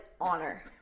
honor